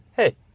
Hey